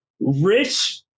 Rich